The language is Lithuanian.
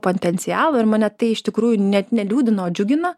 potencialo ir mane tai iš tikrųjų net ne liūdina o džiugina